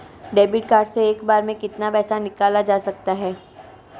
Debit card से एक बार में कितना पैसा निकाला जा सकता है?